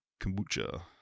kombucha